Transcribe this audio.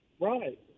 Right